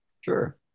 Sure